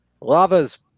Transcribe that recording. Lava's